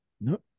No